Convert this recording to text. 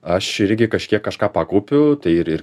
aš irgi kažkiek kažką pakaupiu tai ir ir